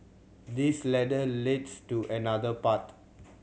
this ladder leads to another path